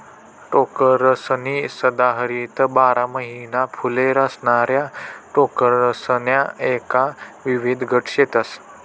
टोकरसनी सदाहरित बारा महिना फुले असणाऱ्या टोकरसण्या एक विविध गट शेतस